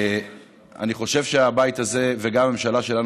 אני חושב שהבית הזה וגם הממשלה שלנו